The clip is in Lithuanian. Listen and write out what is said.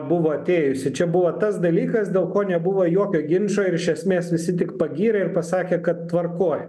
buvo atėjusi čia buvo tas dalykas dėl ko nebuvo jokio ginčo ir iš esmės visi tik pagyrė ir pasakė kad tvarkoj